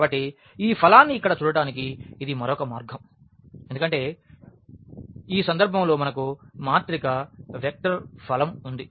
కాబట్టి ఈ ఫలాన్ని ఇక్కడ చూడటానికి ఇది మరొక మార్గం ఎందుకంటే ఈ సందర్భంలో మనకు మాత్రిక వెక్టర్ ఫలం ఉంది